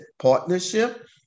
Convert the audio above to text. partnership